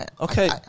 okay